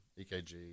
EKG